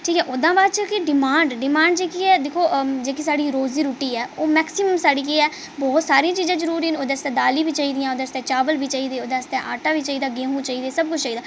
ठीक ऐ ओह्दे शा बाद च कि डिमांड डिमांड जेह्की ऐ दिक्खो जेह्की साढ़ी रोजी रुट्टी ऐ ओह् मेक्सिमम साढ़ी केह् ऐ बहोत सारियां चीजां जरूरी न ओह्दे आस्तै दालीं बी चाही दियां ओह्दे आस्तै चावल बी चाहिदे ओह्दे आस्तै आटा बी चाहिदा गेहूं बी चाहिदी सब कुछ चाहिदा